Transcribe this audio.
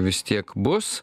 vis tiek bus